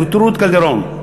חברת הכנסת רות קלדרון.